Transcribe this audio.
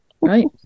right